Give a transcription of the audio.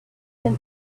them